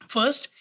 First